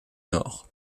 nord